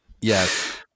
Yes